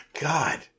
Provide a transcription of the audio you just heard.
god